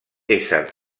ésser